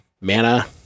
mana